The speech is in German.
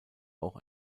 auch